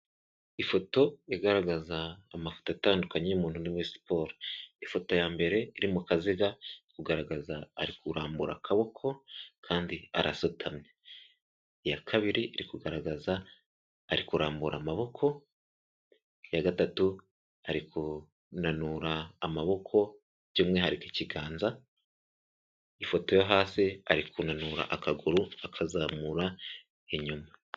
Ifoto igaragaza amafoto atandukanye y'umuntu uri muri siporo, ifoto ya mbere iri mu kaziga, iri kugaragaza ari kurambura akaboko kandi arasutamye, iya kabiri iri kugaragaza ari kurambura amaboko, iya gatatu ari kunanura amaboko by'umwihariko ikiganza, ifoto yo hasi ari kunanura akaguru akazamura inyuma.